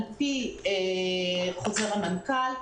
על פי חוזר המנכ"ל,